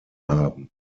haben